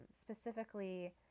specifically